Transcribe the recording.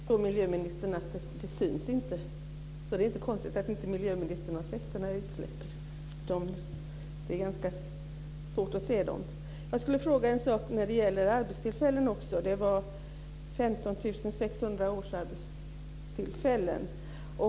Fru talman! Nu är det så, miljöministern, att de syns inte, så det är inte konstigt att miljöministern inte har sett några utsläpp. Det är ganska svårt att se dem. Jag skulle också vilja fråga en sak när det gäller arbetstillfällen. Det handlade om 15 600 årsarbetstillfällen.